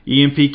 EMP